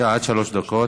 עד שלוש דקות.